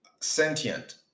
Sentient